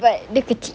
but dia kecil